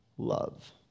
Love